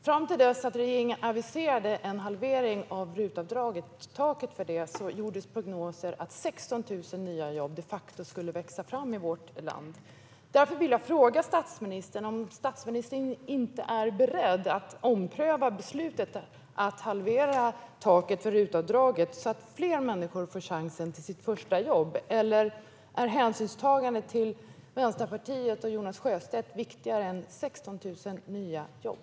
Fram till dess att regeringen aviserade en halvering av taket för RUT-avdraget gjordes prognoser om att 16 000 nya jobb de facto skulle växa fram i vårt land. Därför vill jag fråga statsministern om han inte är beredd att ompröva beslutet att halvera taket för RUT-avdraget, så att fler människor får chansen till sitt första jobb. Eller är hänsynstagande till Vänsterpartiet och Jonas Sjöstedt viktigare än 16 000 nya jobb?